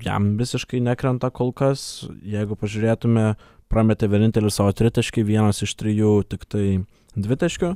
jam visiškai nekrenta kol kas jeigu pažiūrėtume prametė vienintelį savo tritaškį vienas iš trijų tiktai dvitaškių